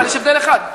אבל יש הבדל אחד,